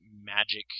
magic